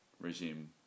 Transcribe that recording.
regime